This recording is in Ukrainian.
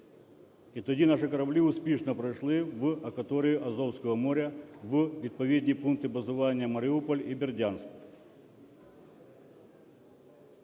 І тоді наші кораблі успішно пройшли в акваторію Азовського моря у відповідні пункти базування Маріуполь і Бердянськ.